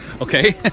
Okay